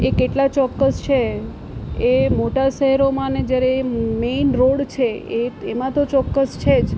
એ કેટલા ચોક્કસ છે એ મોટા શહેરોમાં ને જ્યારે મેઈન રોડ છે એ એમાં તો ચોક્કસ છે જ